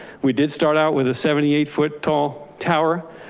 we did start out with a seventy eight foot tall tower.